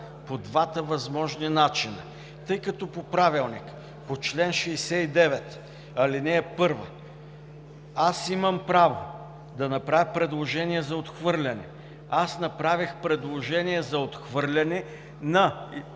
по двата възможни начина. Тъй като по Правилник – чл. 69, ал. 1, имам право да направя предложение за отхвърляне, направих предложение за отхвърляне –